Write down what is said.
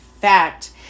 fact